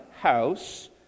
house